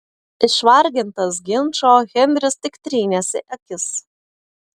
išvargintas ginčo henris tik trynėsi akis